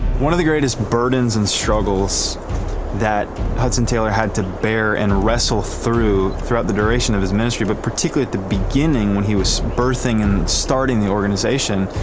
one of the greatest burdens and struggles that hudson taylor had to bear and wrestle through throughout the duration of his ministry but particularly at the beginning when he was birthing and starting the organization,